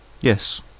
Yes